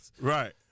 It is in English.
Right